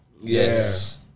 yes